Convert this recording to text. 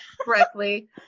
correctly